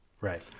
right